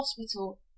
hospital